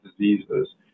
diseases